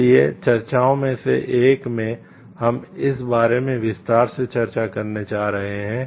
इसलिए चर्चाओं में से एक में हम इस बारे में विस्तार से चर्चा करने जा रहे हैं